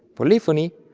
polyphony,